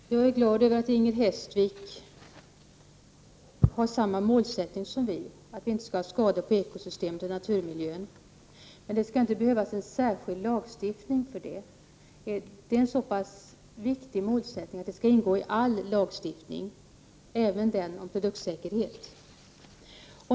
Herr talman! Jag är glad över att Inger Hestvik har samma målsättning som vi, dvs. att vi inte skall ha skador på ekosystemet och naturmiljön. Men det skall inte behövas en särskild lagstiftning för det. Det är en så pass viktig målsättning att den skall ingå i all lagstiftning, även den om produktsäkerhet.